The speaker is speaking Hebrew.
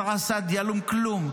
בתי הספר שלהם,